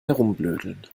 herumblödeln